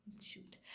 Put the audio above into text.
shoot